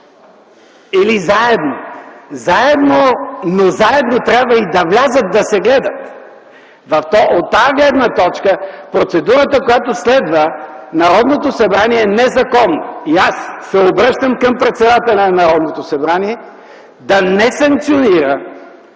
или заедно, но заедно трябва и да влязат да се гледат. От тази гледна точка, процедурата, която следва Народното събрание, е незаконна и аз се обръщам към председателя на Народното събрание да не санкционира